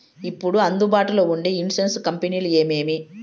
ఇప్పుడు అందుబాటులో ఉండే ఇన్సూరెన్సు కంపెనీలు ఏమేమి?